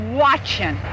watching